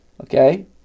Okay